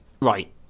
right